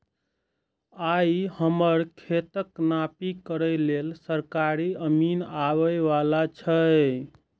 आइ हमर खेतक नापी करै लेल सरकारी अमीन आबै बला छै